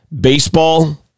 Baseball